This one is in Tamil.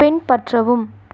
பின்பற்றவும்